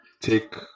take